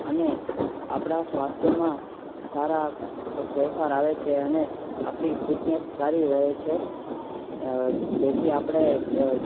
અને આપણા સ્વાસ્થ્યમાં સારા ફેરફાર આવે છે અને આપણી ફિટનેસ સારી રહે છે જેથી આપણે